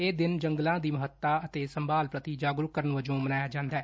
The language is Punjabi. ਇਹ ਦਿਨ ਜੰਗਲਾਂ ਦੀ ਮਹੱਤਤਾ ਅਤੇ ਸੰਭਾਲ ਪ੍ਰਤੀ ਜਾਗਰੁਕ ਕਰਨ ਵਜੋਂ ਮਨਾਇਆ ਜਾਂਦੈ